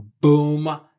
boom